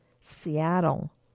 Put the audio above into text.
Seattle